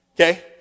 okay